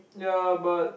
ya but